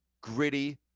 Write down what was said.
gritty